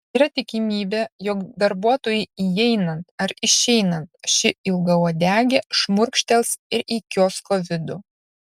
yra tikimybė jog darbuotojui įeinant ar išeinant ši ilgauodegė šmurkštels ir į kiosko vidų